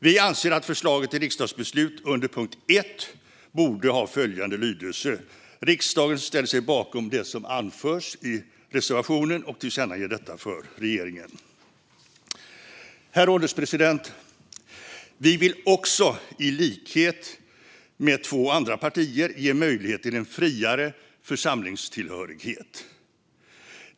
Vi anser att förslaget till riksdagsbeslut under punkt 1 borde ha följande lydelse: Riksdagen ställer sig bakom det som anförs i reservationen och tillkännager detta för regeringen. Herr ålderspresident! Vi vill också, i likhet med två andra partier, ge möjlighet till en friare församlingstillhörighet.